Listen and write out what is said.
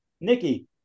Nikki